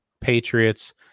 Patriots